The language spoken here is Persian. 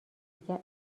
دیگر